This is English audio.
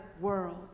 world